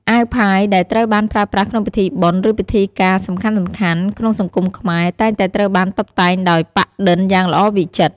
អាវផាយ ដែលត្រូវបានប្រើប្រាស់ក្នុងពិធីបុណ្យ ឬពិធីការសំខាន់ៗ ក្នុងសង្គមខ្មែរ តែងតែត្រូវបានតុបតែងដោយ ប៉ាក់-ឌិនយ៉ាងល្អវិចិត្រ។